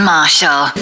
Marshall